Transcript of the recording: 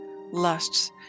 lusts